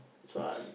so I